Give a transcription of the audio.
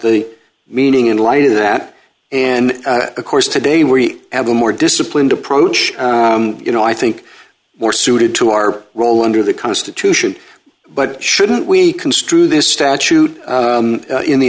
the meaning in light of that and of course today we have a more disciplined approach you know i think more suited to our role under the constitution but shouldn't we construe this statute in the